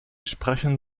sprechen